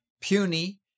puny